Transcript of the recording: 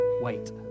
wait